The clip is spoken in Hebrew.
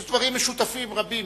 יש דברים משותפים רבים.